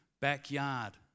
backyard